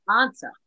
answer